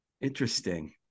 interesting